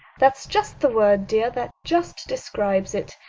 that's just the word, dear that just describes it.